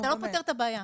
אתה לא פותר את הבעיה.